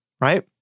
right